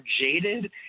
jaded